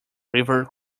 river